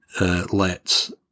lets